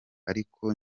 ariko